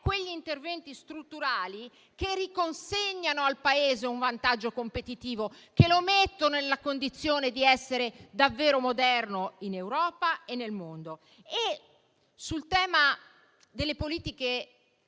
gli interventi strutturali che consegnano al Paese un vantaggio competitivo, mettendolo nella condizione di essere davvero moderno in Europa e nel mondo. Sul tema delle politiche